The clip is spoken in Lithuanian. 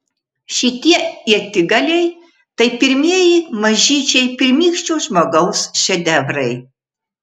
šitie ietigaliai tai pirmieji mažyčiai pirmykščio žmogaus šedevrai